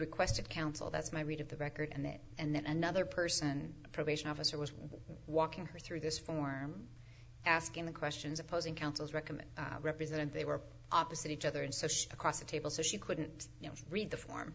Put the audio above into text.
requested counsel that's my read of the record and that and then another person a probation officer was walking her through this form asking the questions opposing counsel recommend represent and they were opposite each other and so she across the table so she couldn't read the form